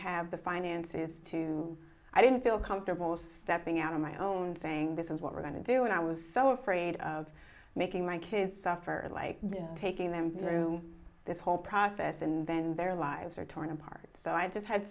have the finances to i didn't feel comfortable stepping out of my own saying this is what we're going to do and i was so afraid of making my kids suffer like taking them through this whole process and then their lives are torn apart so i just had